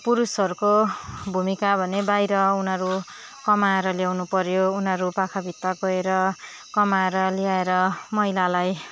पुरुषहरूको भूमिका भने बाहिर उनीहरूरू कमाएर ल्याउनु पऱ्यो उनीहरू पाखा भित्ता गएर कमाएर ल्याएर महिलालाई